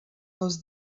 les